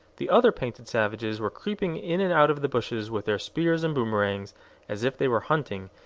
the other painted savages were creeping in and out of the bushes with their spears and boomerangs as if they were hunting,